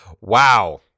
Wow